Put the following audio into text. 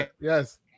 Yes